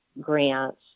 grants